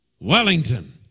Wellington